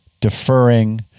deferring